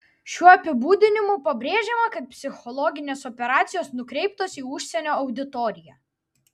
šiuo apibūdinimu pabrėžiama kad psichologinės operacijos nukreiptos į užsienio auditoriją